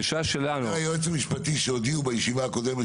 היועץ המשפטי אומר שהודיעו בישיבה הקודמת